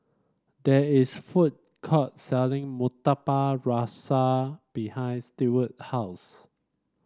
there is a food court selling Murtabak Rusa behind Steward's house